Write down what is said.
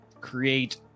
create